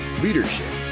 leadership